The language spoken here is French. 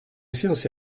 séance